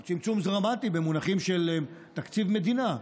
לא צמצום דרמטי במונחים של תקציב מדינה,